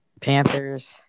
Panthers